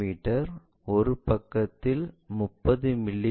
me ஒரு பக்கத்தில் 30 மி